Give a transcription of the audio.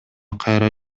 кайра